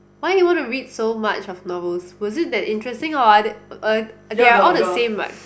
why you want to read so much of novels was it that interesting or what uh they all the same right